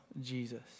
Jesus